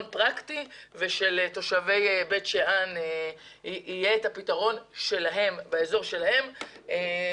פרקטי כך שלתושבי בית שאן יהיה את הפתרון שלהם באזור שלהם.